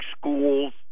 schools